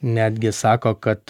netgi sako kad